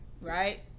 right